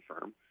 firm –